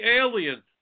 alien